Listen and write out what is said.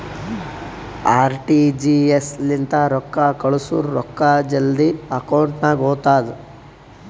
RTGS ಲಿಂತ ರೊಕ್ಕಾ ಕಳ್ಸುರ್ ರೊಕ್ಕಾ ಜಲ್ದಿ ಅಕೌಂಟ್ ನಾಗ್ ಹೋತಾವ್